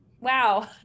wow